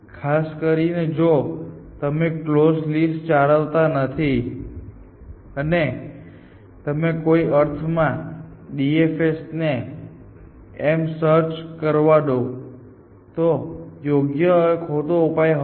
ખાસ કરીને જો તમે કલોઝ લિસ્ટ જાળવતા નથી અને તમે કોઈક અર્થમાં DFS ને એમ જ સર્ચ કરવા દો છો તો તે યોગ્ય અથવા ખોટો ઉપાય હતો